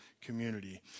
community